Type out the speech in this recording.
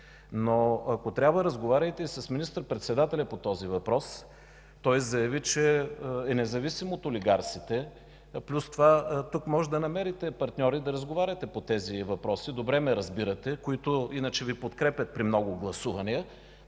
Ако трябва разговаряйте и с министър-председателя по този въпрос. Той заяви, че е независим от олигарсите. Плюс това тук може да намерите партньори и да разговаряте по тези въпроси – добре ме разбирате, които иначе Ви подкрепят при много гласувания,